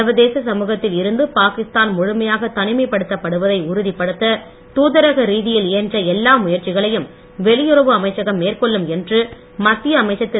சர்வதேச சமூகத்தில் இருந்து பாகிஸ்தான் முழுமையாகத் தனிமைப்படுத்தப் படுவதை உறுதிப்படுத்த தாதரக ரீதியில் இயன்ற எல்லா முயற்சிகளையும் வெளியுறவு அமைச்சகம் மேற்கொள்ளும் என்று மத்திய அமைச்சர் திரு